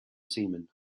seaman